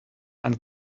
and